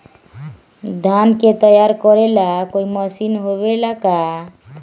धान के तैयार करेला कोई मशीन होबेला का?